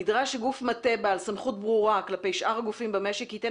נדרש גוף מטה בעל סמכות ברורה כלפי שאר הגופים במשק שייתן